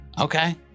Okay